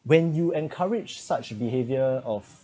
when you encourage such behaviour of